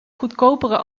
goedkopere